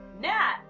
Nat